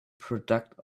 product